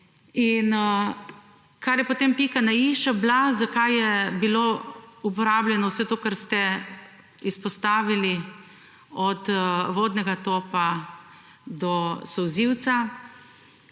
In kar je potem pika na i še bila, zakaj je bilo uporabljeno vse to kar ste izpostavili, od vodnega topa, do solzilca,